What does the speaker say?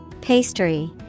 Pastry